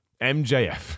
MJF